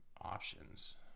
options